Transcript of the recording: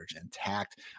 intact